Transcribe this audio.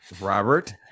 Robert